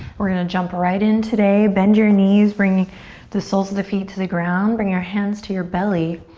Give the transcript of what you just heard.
we're gonna jump right in today. bend your knees, bring the soles of the feet to the ground. bring your hands to your belly,